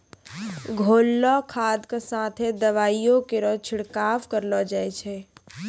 घोललो खाद क साथें दवाइयो केरो छिड़काव करलो जाय छै?